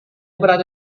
berada